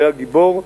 שהיה גיבור,